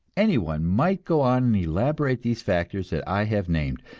anyone might go on and elaborate these factors that i have named,